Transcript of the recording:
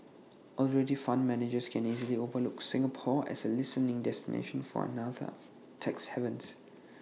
already fund managers can easily overlook Singapore as A listening destination for another tax havens